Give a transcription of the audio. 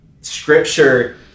Scripture